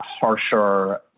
harsher